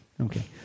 Okay